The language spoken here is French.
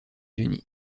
unis